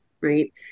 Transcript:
right